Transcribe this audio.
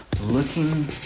looking